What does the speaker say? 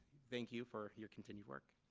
thank you for your continued work.